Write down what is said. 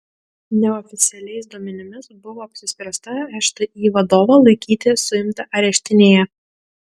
neoficialiais duomenimis buvo apsispręsta šti vadovą laikyti suimtą areštinėje